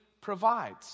provides